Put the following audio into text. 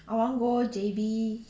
I want go J_B